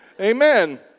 Amen